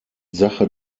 sache